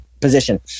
position